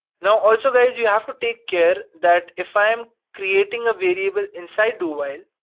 now, also guys you have to take care that if i'm creating a variable inside do while,